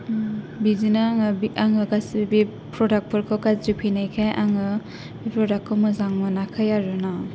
बिदिनो आङो गासिबो बे प्रदाक फोर खौ गाज्रि फैनायखाय आङो प्रदाक खौ मोजां मोनाखै आरो ना